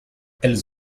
elles